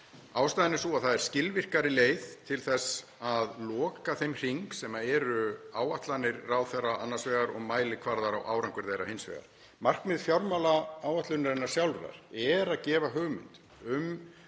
Ástæðan er sú að það er skilvirkari leið til þess að loka þeim hring sem eru áætlanir ráðherra annars vegar og mælikvarðar á árangur þeirra hins vegar. Markmið fjármálaáætlunarinnar sjálfrar er að gefa hugmynd um